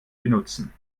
benutzen